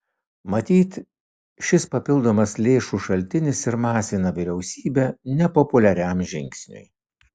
matyt šis papildomas lėšų šaltinis ir masina vyriausybę nepopuliariam žingsniui